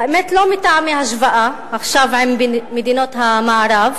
האמת, לא מטעמי השוואה עם מדינות המערב